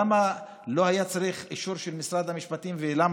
למה לא היה צריך אישור של משרד המשפטים ולמה